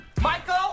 Michael